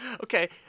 Okay